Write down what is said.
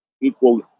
equal